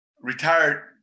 retired